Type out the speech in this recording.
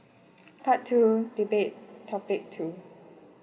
part two debate topic two